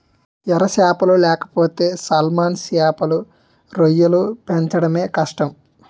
ఎర సేపలు లేకపోతే సాల్మన్ సేపలు, రొయ్యలు పెంచడమే కష్టం